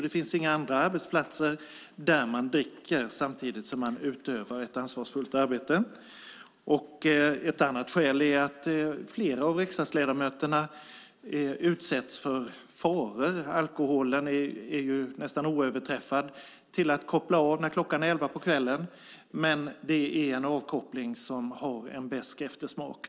Det finns inga andra arbetsplatser där man dricker samtidigt som man utövar ett ansvarsfullt arbete. Ett annat skäl är att flera av riksdagsledamöterna utsätts för faror. Alkoholen är ju nästan oöverträffad när det gäller att koppla av kl. 23, men det är en avkoppling som har en besk eftersmak.